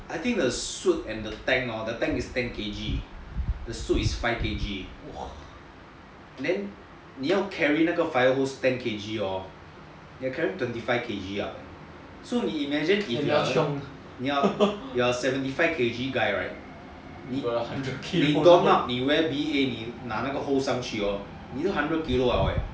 I think the suit and the tank hor the tank is ten kilograms the suit is five kilograms then 你要 carry 那个 fire hose ten kilograms hor 你 carry twenty five kilograms so imagine you are a seventy five kilograms guy right you wear B_A 你拿那个 hose 上去 hor 你都 hundred kilo liao leh